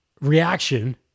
reaction